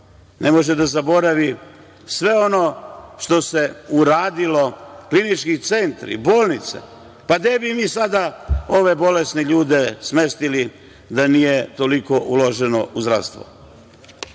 ne može da zaboravi sve ono što se uradilo, klinički centri, bolnice, itd. Gde bi mi sada ove bolesne ljude smestili da nije toliko uloženo u zdravstvo?